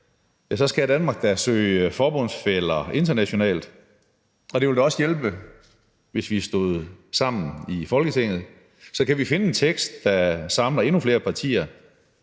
skal Danmark da søge forbundsfæller internationalt, og det ville da også hjælpe, hvis vi stod sammen i Folketinget. Så kan vi finde en tekst, der samler endnu flere partier,